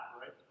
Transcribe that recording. right